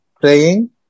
praying